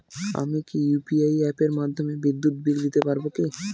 আমি কি ইউ.পি.আই অ্যাপের মাধ্যমে বিদ্যুৎ বিল দিতে পারবো কি?